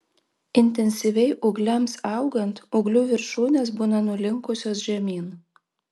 intensyviai ūgliams augant ūglių viršūnės būna nulinkusios žemyn